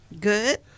good